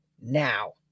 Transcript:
now